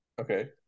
Okay